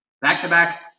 Back-to-back